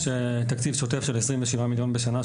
יש תקציב שוטף של 27 מיליון בשנה,